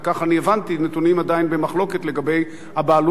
שנתונים עדיין במחלוקת לגבי הבעלות על הקרקע?